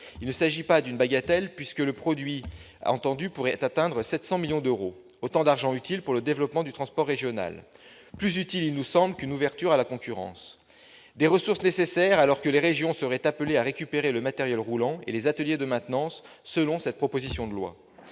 Il ne s'agit pas d'une bagatelle, puisque le produit attendu pourrait atteindre 700 millions d'euros, autant d'argent utile pour le développement du transport régional, plus utile, nous semble-t-il, qu'une ouverture à la concurrence. Ces ressources sont nécessaires, alors que les régions seraient appelées à récupérer le matériel roulant et les ateliers de maintenance, selon cette proposition de loi.